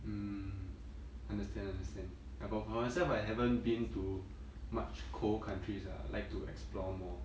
mm understand understand about for myself I haven't been to much cold countries ah I like to explore more